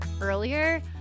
earlier